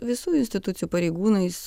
visų institucijų pareigūnais